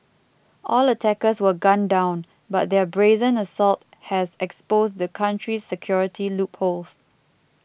all attackers were gunned down but their brazen assault has exposed the country's security loopholes